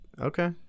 Okay